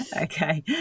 Okay